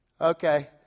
okay